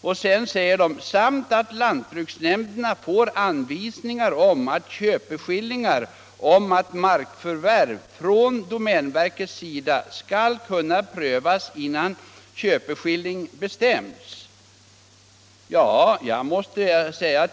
Domänverket skriver vidare: ”... samt att lantbruksnämnderna får anvisningar om att markförvärv från domänverkets sida skall kunna prövas innan köpeskilling bestämts”.